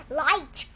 light